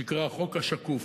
שנקרא "החוק השקוף",